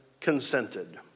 consented